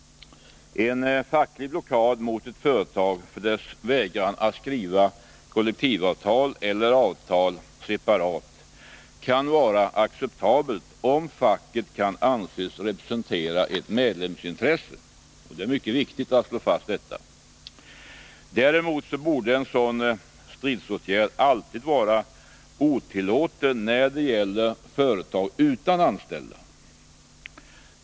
En facklig blockad mot ett företag som vägrat att skriva kollektivavtal eller separat avtal kan vara acceptabel, om facket kan anses representera ett medlemsintresse. Det är mycket viktigt att slå fast detta. Däremot borde en sådan stridsåtgärd alltid vara otillåten när det gäller företag utan anställda.